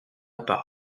part